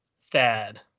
thad